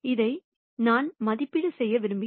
இதைத்தான் நான் மதிப்பீடு செய்ய விரும்புகிறேன்